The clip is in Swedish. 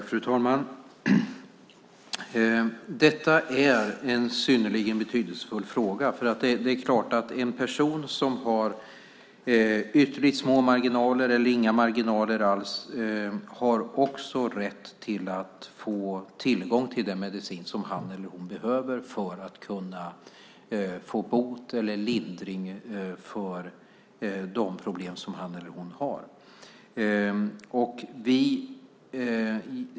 Fru talman! Detta är en synnerligen betydelsefull fråga. En person som har ytterligt små eller inga marginaler har också rätt att få tillgång till den medicin som han eller hon behöver för att kunna få bot eller lindring i de problem som han eller hon har.